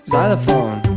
xylophone